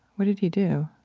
what did he do?